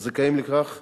הזכאים לכך,